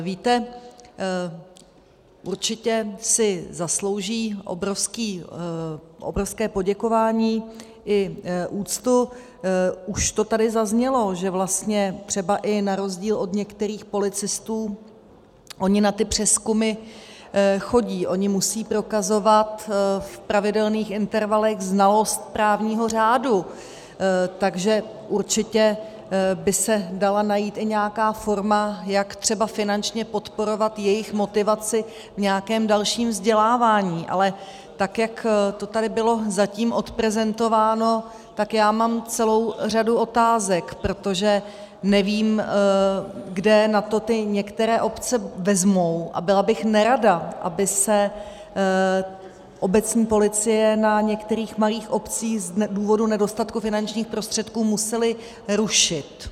Víte, určitě si zaslouží obrovské poděkování i úctu, už to tady zaznělo, že vlastně třeba i na rozdíl od některých policistů oni na ty přezkumy chodí, oni musí prokazovat v pravidelných intervalech znalost právního řádu, takže určitě by se dala najít i nějaká forma, jak třeba finančně podporovat jejich motivaci v nějakém dalším vzdělávání, ale tak jak to tady bylo zatím odprezentováno, já mám celou řadu otázek, protože nevím, kde na to některé obce vezmou, a byla bych nerada, aby se obecní policie na některých malých obcích z důvodu nedostatku finančních prostředků musely rušit.